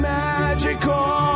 magical